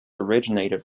originated